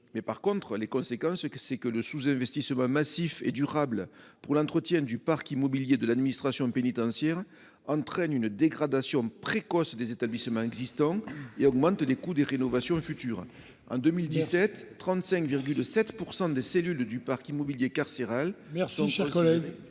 Mais il y a des conséquences ! Le sous-investissement massif et durable dans l'entretien du parc immobilier de l'administration pénitentiaire entraîne une dégradation précoce des établissements existants et augmente les coûts de rénovation futurs. En 2017, quelque 35,7 % des cellules du parc immobilier carcéral sont considérées